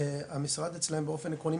המשרד אצלם באופן עקרוני,